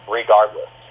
regardless